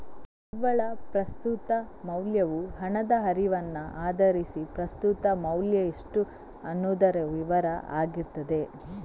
ನಿವ್ವಳ ಪ್ರಸ್ತುತ ಮೌಲ್ಯವು ಹಣದ ಹರಿವನ್ನ ಆಧರಿಸಿ ಪ್ರಸ್ತುತ ಮೌಲ್ಯ ಎಷ್ಟು ಅನ್ನುದರ ವಿವರ ಆಗಿರ್ತದೆ